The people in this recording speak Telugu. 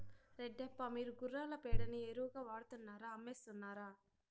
రెడ్డప్ప, మీరు గుర్రాల పేడని ఎరువుగా వాడుతున్నారా అమ్మేస్తున్నారా